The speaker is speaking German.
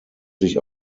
sich